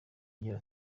agira